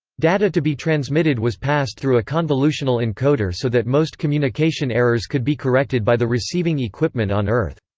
data to be transmitted was passed through a convolutional encoder so that most communication errors could be corrected by the receiving equipment on earth.